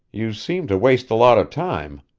you seem to waste a lot of time.